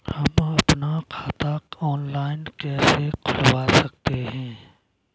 हम अपना खाता ऑनलाइन कैसे खुलवा सकते हैं?